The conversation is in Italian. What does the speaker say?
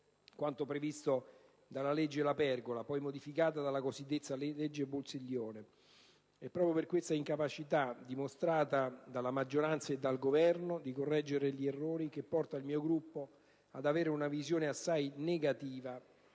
quanto previsto dalla legge La Pergola, poi modificata dalla legge Buttiglione. È proprio questa incapacità, dimostrata dalla maggioranza e dal Governo, di correggere gli errori che porta il mio Gruppo ad avere una visione assai negativa